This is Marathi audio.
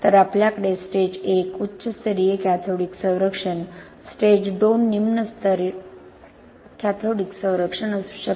तर आपल्याकडे स्टेज 1 उच्च स्तरीय कॅथोडिक संरक्षण स्टेज 2 निम्न स्तर कॅथोडिक संरक्षण असू शकते